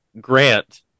Grant